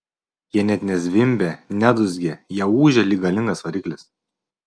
jie net ne zvimbia ne dūzgia jie ūžia lyg galingas variklis